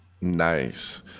Nice